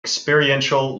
experiential